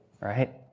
right